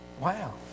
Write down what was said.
Wow